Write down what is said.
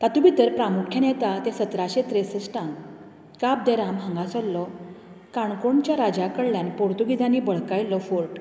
तातूंत भितर प्रामुख्यान येता तें सतराशें त्रेसश्टान काब दे राम हांगा जाल्लो काणकोणच्या राजा कडल्यान पोर्तुगिजांनी बळकायल्लो फॉर्ट